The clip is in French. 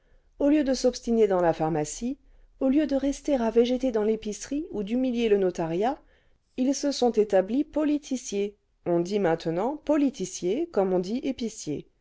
au lieu de s'obstiner dans la pharmacie au lieu de rester à végéter dans l'épicerie ou d'humilier le notariat ils se sont établis politiciers on dit maintenant politicier comme on dit epicier